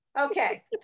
Okay